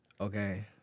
Okay